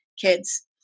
kids